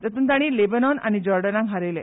जातूंत तांणी लॅबेनोन आनी जॉर्डनाक हारयले